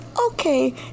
okay